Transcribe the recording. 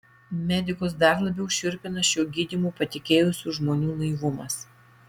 medikus dar labiau šiurpina šiuo gydymu patikėjusių žmonių naivumas